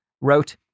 wrote